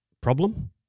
problem